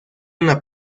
una